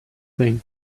thing